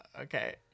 Okay